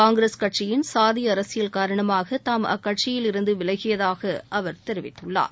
காங்கிரஸ் கட்சியின் சாதி அரசியல் காரணமாக தாம் அக்கட்சியில் இருந்து விலகியதாக அவர் தெரிவித்துள்ளார்